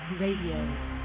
Radio